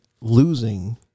losing